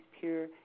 pure